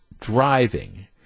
driving